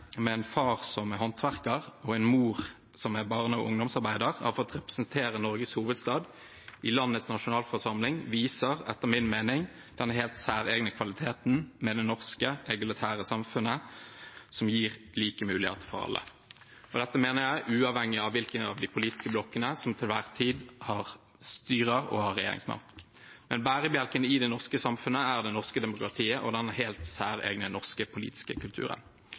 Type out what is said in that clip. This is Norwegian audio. med en far som er håndverker og en mor som er barne- og ungdomsarbeider, har fått representere Norges hovedstad i landets nasjonalforsamling, viser etter min mening den helt særegne kvaliteten ved det norske egalitære samfunnet, som gir like muligheter for alle. Dette mener jeg uavhengig av hvilken av de politiske blokkene som til enhver tid styrer og har regjeringsmakt. En av bærebjelkene i det norske samfunnet er det norske demokratiet og den helt særegne norske politiske